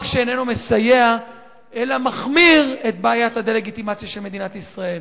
שאיננו מסייע אלא מחמיר את בעיית הדה-לגיטימציה של מדינת ישראל.